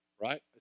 Right